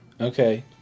Okay